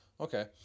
Okay